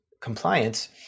compliance